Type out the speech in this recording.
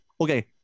Okay